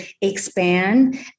expand